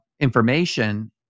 information